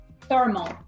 thermal